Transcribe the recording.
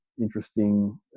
interesting